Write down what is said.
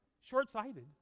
short-sighted